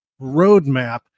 Roadmap